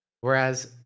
Whereas